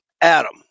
Adam